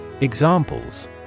Examples